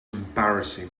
embarrassing